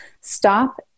Stop